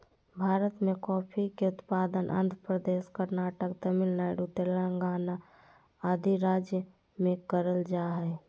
भारत मे कॉफी के उत्पादन आंध्र प्रदेश, कर्नाटक, तमिलनाडु, तेलंगाना आदि राज्य मे करल जा हय